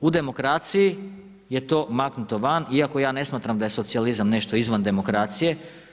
U demokraciji je to maknuto van iako ja ne smatram da je socijalizam nešto izvan demokracije.